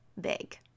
big